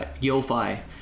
Yo-Fi